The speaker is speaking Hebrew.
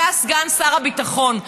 אתה סגן שר הביטחון.